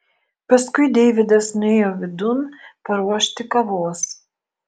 paskui deividas nuėjo vidun paruošti kavos